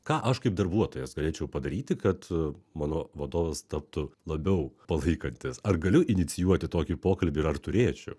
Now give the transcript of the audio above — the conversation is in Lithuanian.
ką aš kaip darbuotojas galėčiau padaryti kad mano vadovas taptų labiau palaikantis ar galiu inicijuoti tokį pokalbį ir ar turėčiau